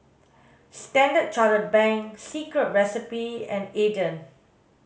Standard Chartered Bank Secret Recipe and Aden